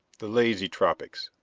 the lazy tropics.